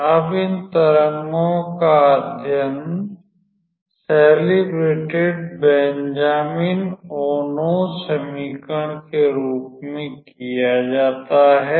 अब इन तरंगों का अध्ययन सेलिब्रटेड बेंजामिन ओनो समीकरण के रूप में किया जाता है